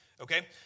okay